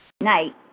night